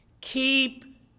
Keep